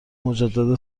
مجدد